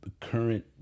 current